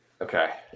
Okay